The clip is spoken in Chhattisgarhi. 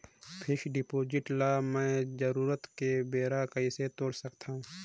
फिक्स्ड डिपॉजिट ल मैं जरूरत के बेरा कइसे तोड़ सकथव?